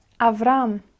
Avram